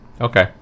Okay